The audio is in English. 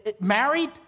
married